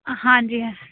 ਹਾਂਜੀ